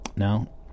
No